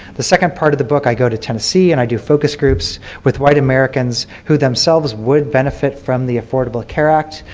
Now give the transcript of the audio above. the second part of the book i go to tennessee, and i do focus groups with white americans who themselves would benefit from the affordable care act.